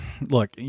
Look